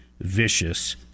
Vicious